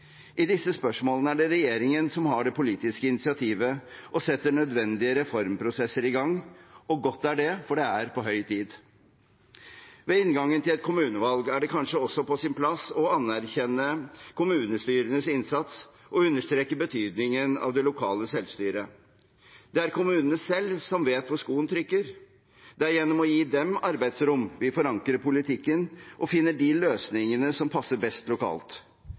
I disse spørsmålene er det regjeringen som har det politiske initiativet og setter nødvendige reformprosesser i gang – og godt er det, for det er på høy tid. Ved inngangen til et kommunevalg er det kanskje også på sin plass å anerkjenne kommunestyrenes innsats og understreke betydningen av det lokale selvstyret. Det er kommunene selv som vet hvor skoen trykker. Det er gjennom å gi dem arbeidsrom vi forankrer politikken, og finner de løsningene som passer best lokalt.